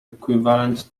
equivalent